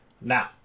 now